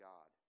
God